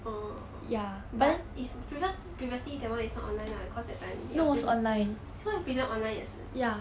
oh but is previous previously that [one] is not online lah cause that time you so you present online 也是